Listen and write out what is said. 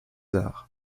arts